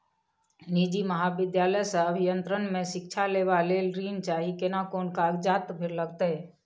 निजी महाविद्यालय से अभियंत्रण मे शिक्षा लेबा ले ऋण चाही केना कोन कागजात लागतै?